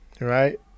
right